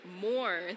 more